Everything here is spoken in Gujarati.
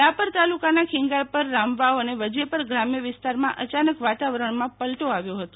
રાપર તાલુકાના ખેંગારપર રામવાવ અને વજેપર ગ્રામ્ય વિસતારમાં અચાનક વાતારવણમાં પલટો આવયો હતો